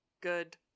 good